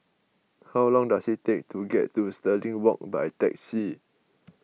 how long does it take to get to Stirling Walk by taxi